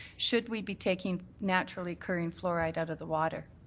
should we be taking naturally occurring fluoride out of the water?